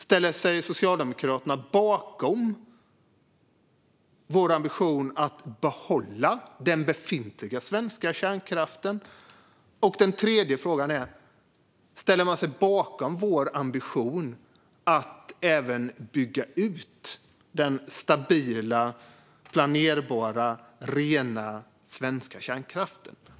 Ställer sig Socialdemokraterna bakom vår ambition att behålla den befintliga svenska kärnkraften? Ställer man sig bakom vår ambition att även bygga ut den stabila, planerbara och rena svenska kärnkraften?